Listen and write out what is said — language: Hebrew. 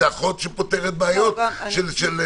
זה אחות שפותרת בעיות אחרות.